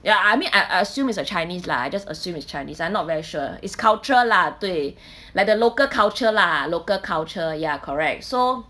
ya I mean I I assume is a chinese lah I just assume is chinese I'm not very sure is cultural lah 对 like the local culture lah local culture ya correct so